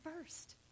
first